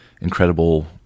incredible